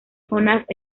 jonas